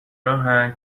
راهن